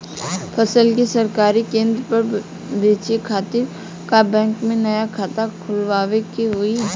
फसल के सरकारी केंद्र पर बेचय खातिर का बैंक में नया खाता खोलवावे के होई?